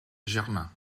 germain